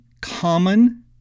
common